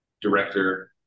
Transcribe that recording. director